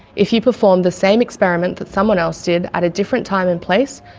if you perform the same experiment that someone else did, at a different time and place,